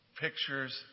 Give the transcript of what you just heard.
pictures